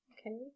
Okay